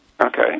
Okay